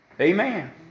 Amen